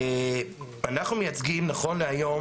אנחנו מייצגים נכון להיום,